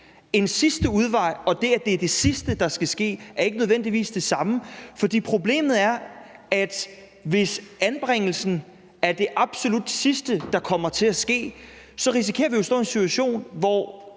En sidste udvej og det, at det er det sidste, der skal ske, er ikke nødvendigvis det samme. For problemet er, at hvis anbringelsen er det absolut sidste, der kommer til at ske, så risikerer vi jo at stå i en situation, hvor